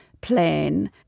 plan